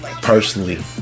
personally